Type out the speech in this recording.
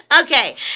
Okay